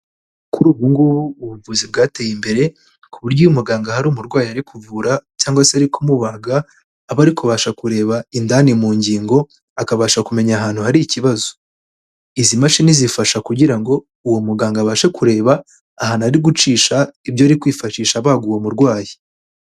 Kuri ubu ngubu ubuvuzi bwateye imbere, ku buryo uyo umuganga hari umurwayi ari kuvura cyangwa se ari kumubaga, aba ari kubasha kureba indani mu ngingo, akabasha kumenya ahantu hari ikibazo. Izi mashini zifasha kugira ngo uwo muganga abashe kureba ahantu ari gucisha ibyo ari kwifashisha abaga uwo murwayi.